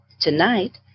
tonight